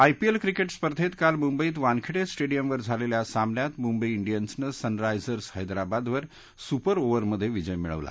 IPL cricket स्पर्धेत काल मुंबईत वानखेडे स्टेडियमवर झालेल्या सामन्यात मुंबई डियन्सन सनरायझर्स हैदराबादवर सुपर ओव्हरमध्ये विजय मिळवला